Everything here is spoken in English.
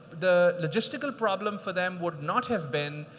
the logistical problem for them would not have been,